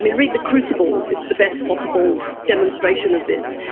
read read the crucible, it's the best possible demonstration of this.